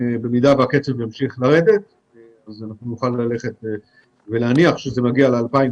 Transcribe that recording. במידה והקצב ימשיך לרדת אנחנו נוכל להניח שזה מגיע ל-2,000,